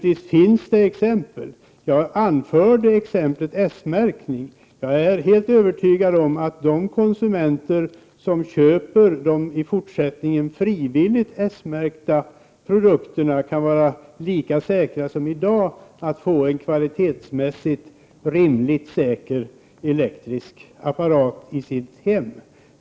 Jag anförde exemplet S-märkning. Jag är helt övertygad om att de konsumenter som i fortsättningen frivilligt köper en S-märkt produkt kan vara lika säkra som i dag på att få en kvalitetsmässigt rimligt säker elektrisk apparat till sitt hem.